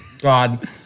God